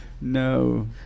No